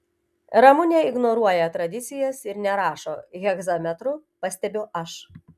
ramunė ignoruoja tradicijas ir nerašo hegzametru pastebiu aš